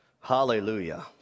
Hallelujah